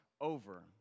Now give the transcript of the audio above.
over